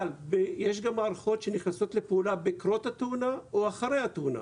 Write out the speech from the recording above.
אבל יש גם מערכות שנכנסות לפעולה בקרות התאונה או אחרי התאונה.